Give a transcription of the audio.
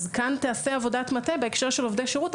כאן תיעשה עבודת מטה בהקשר של עובדי שירות,